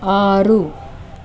ఆరు